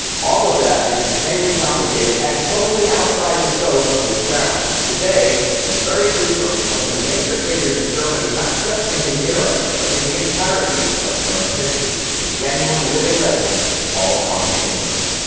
all of that is insanely complicated and totally outside the scope of this channel. today was a very brief look at one of the major figures in germany not just in his era, but in the entirety of german history a genuine living legend, paul von hindenburg.